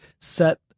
set